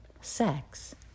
sex